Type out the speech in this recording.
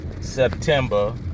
September